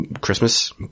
Christmas